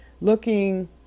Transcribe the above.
looking